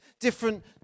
different